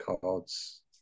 cards